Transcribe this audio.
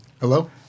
Hello